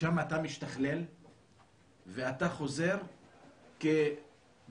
שם אתה משתכלל ואתה חוזר כפושע